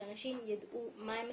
שאנשים יידעו מה הם מחפשים,